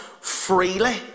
freely